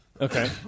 Okay